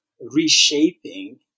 reshaping